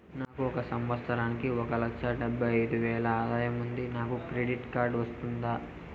నాకు ఒక సంవత్సరానికి ఒక లక్ష డెబ్బై అయిదు వేలు ఆదాయం ఉంది నాకు క్రెడిట్ కార్డు వస్తుందా?